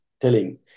telling